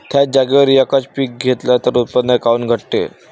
थ्याच जागेवर यकच पीक घेतलं त उत्पन्न काऊन घटते?